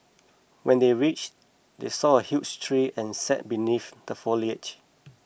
when they reached they saw a huge tree and sat beneath the foliage